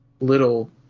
little